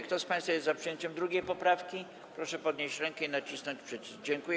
Kto z państwa jest za przyjęciem 2. poprawki, proszę podnieść rękę i nacisnąć przycisk.